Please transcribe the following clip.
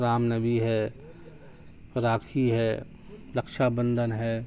رام نومی ہے راکھی ہے رکشا بندھن ہے